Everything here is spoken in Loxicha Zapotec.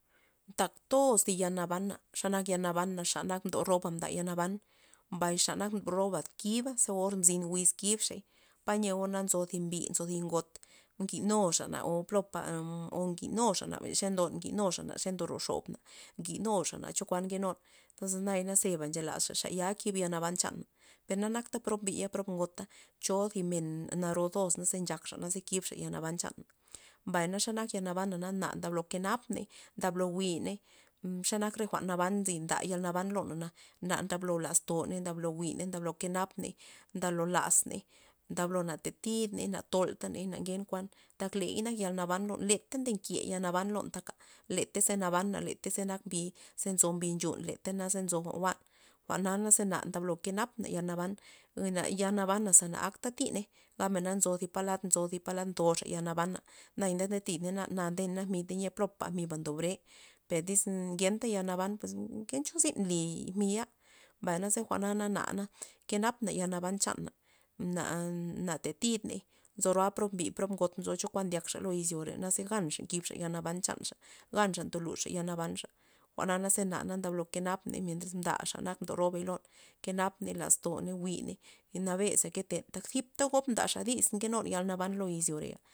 Ntak toz zi yalnabana xa nak yalnaba xa nak mdo roba mda yalnaban, mbay xa nak mdo roba kiba za or mzyn wiz kibzey payeo nzo thi men bi nzo thi men got njwi'nuxa men plopa o njwi'nuxa xe ndon njwi'nuxa xe ndoro xobna njwi'nuxana chokuan nkenun nzinun entonzes zeba nchelasxa tya kib yalnaban chana pernak prob biy prob gota cho zi men narozos naxe nchakxa ze kibxa yal naban chanmen, mbay xe bak yalnabana na ndablo kenapney ndablo jwi'ney xanak jwa'n naban nda yalnaban lona na ndablo lazlon ndablo jwi'ney ndablo nkenapm ndablo lazney ndablo na tatidney na toltaney na ngen kuan tak ley nak yal naban lon leta ndeke yal naban lon taka letey tyz nabana letey nak mbi ze nzo mbi ze nchun letey naze nzo jwa'n jwa'n jwa'na na ndablo kenapna yal naban la yalnaba zena akta tiney gabna nzo zi palad nzo palad ntoxa yalnaban naya na ndetiney na ndena mi teyia popa mi'ba ndobre per tyz ngenta yalnaban pues kenkuan zyn li mi'a mbay naze jwa'na na kenapna yalnaban gabna na na tatidney nzo prob mbi prob ngot ncho chokuan ndyakxa izyore naze ganxa nkibxa yalnaban chanxa ganxa ndotoluzxa yalnaban chanxa jwa'na na ndablo kenap ney mientras mda xa nak mdo robey nkenun kenap laztoney jwi'ney nabeza keten zipta gob ndaza dis nkenun yalnaban lo izyore'a.